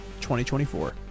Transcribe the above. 2024